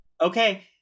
Okay